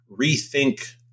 rethink